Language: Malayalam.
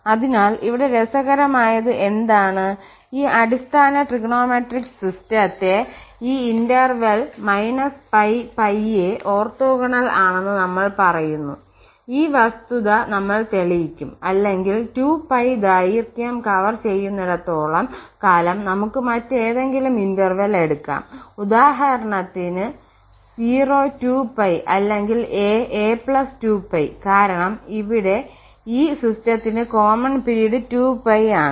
അതിനാൽ ഇവിടെ രസകരമായത് എന്താണ് ഈ അടിസ്ഥാന ട്രിഗണോമെട്രിക് സിസ്റ്റത്തെ ഈ ഇന്റർവെൽ −π π യെ ഓർത്തോഗണൽ ആണെന്ന് നമ്മൾ പറയുന്നു ഈ വസ്തുത നമ്മൾ തെളിയിക്കും അല്ലെങ്കിൽ 2π ദൈർഘ്യം കവർ ചെയ്യുന്നിടത്തോളം കാലം നമുക്ക് മറ്റേതെങ്കിലും ഇന്റർവെൽ എടുക്കാം ഉദാഹരണത്തിന് 0 2π അല്ലെങ്കിൽ a a 2π കാരണം ഇവിടെ ഈ സിസ്റ്റത്തിന് കോമൺ പിരീഡ് 2π ആണ്